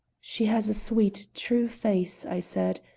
she has a sweet, true face, i said,